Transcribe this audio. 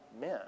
men